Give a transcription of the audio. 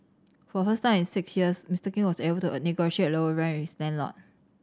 for first time in six years Mister King was able to negotiate a lower rent with his landlord